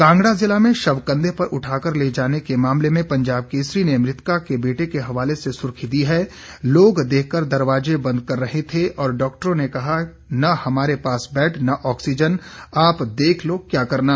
कांगड़ा जिला में शव कंधे पर उठाकर ले जाने के मामले में पंजाब केसरी ने मृतका के बेटे के हवाले से सुर्खी दी है लोग देखकर दरवाजे बंद कर रहे थे और डॉक्टरों ने कहा कि न हमारे पास बैड न ऑक्सीजन आप देख लो क्या करना